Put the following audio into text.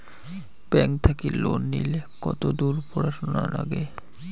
Bank থাকি loan নিলে কতদূর পড়াশুনা নাগে?